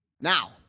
Now